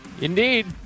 Indeed